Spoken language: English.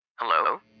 Hello